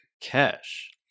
cash